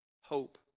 Hope